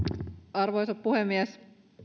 arvoisa puhemies